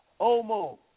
Omo